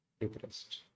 depressed